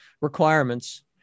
requirements